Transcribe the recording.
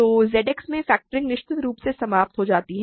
तो Z X में factoring निश्चित रूप से समाप्त हो जाती है